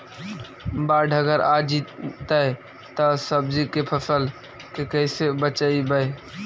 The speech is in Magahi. बाढ़ अगर आ जैतै त सब्जी के फ़सल के कैसे बचइबै?